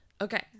okay